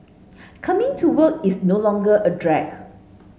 coming to work is no longer a drag